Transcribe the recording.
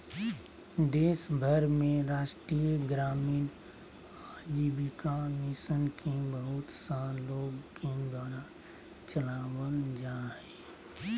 देश भर में राष्ट्रीय ग्रामीण आजीविका मिशन के बहुत सा लोग के द्वारा चलावल जा हइ